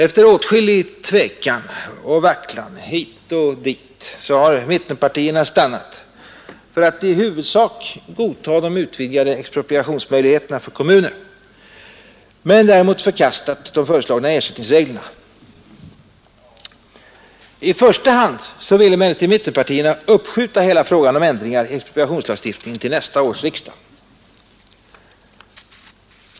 Efter åtskillig tvekan och vacklan hit och dit har mittenpartierna stannat för att i huvudsak godta de utvidgade expropriationsmöjligheterna för kommuner men har förkastat de föreslagna ersättningsreglerna. I första hand vill mittenpartierna emellertid uppskjuta hela frågan om ändringar i expropriationslagstiftningen till nästa års riksdag.